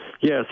Yes